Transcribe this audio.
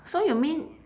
so you mean